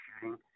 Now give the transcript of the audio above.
shooting